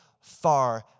far